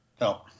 No